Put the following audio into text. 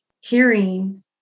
hearing